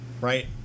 right